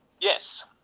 Yes